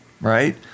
right